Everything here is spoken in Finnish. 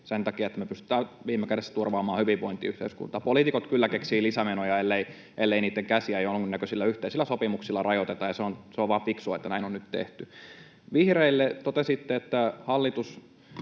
sen takia, että me pystytään viime kädessä turvaamaan hyvinvointiyhteiskunta. Poliitikot kyllä keksivät lisämenoja, ellei niitten käsiä jonkunnäköisillä yhteisillä sopimuksilla rajoiteta, ja se on vain fiksua, että näin on nyt tehty. Vihreille: Totesitte, että hallituksen